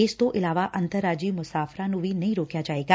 ਇਸ ਤੋਂ ਇਲਾਵਾ ਅੰਤਰ ਰਾਜੀ ਯਾਤਰੀਆਂ ਨੂੰ ਵੀ ਨਹੀਂ ਰੋਕਿਆ ਜਾਵੇਗਾ